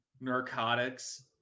narcotics